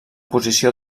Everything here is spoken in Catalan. posició